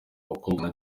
abakobwa